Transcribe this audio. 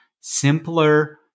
simpler